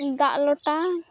ᱫᱟᱜ ᱞᱚᱴᱟ